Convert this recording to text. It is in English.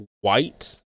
white